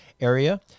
area